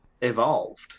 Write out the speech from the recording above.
evolved